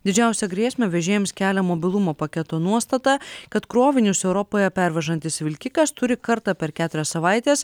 didžiausią grėsmę vežėjams kelia mobilumo paketo nuostata kad krovinius europoje pervežantis vilkikas turi kartą per keturias savaites